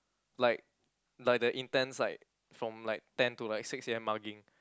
like like the intense like from like ten to like six A_M mugging